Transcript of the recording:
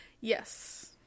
Yes